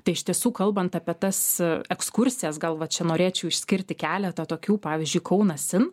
tai iš tiesų kalbant apie tas ekskursijas gal va čia norėčiau išskirti keletą tokių pavyzdžiui kaunas in